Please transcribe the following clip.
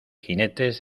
jinetes